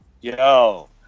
Yo